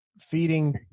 feeding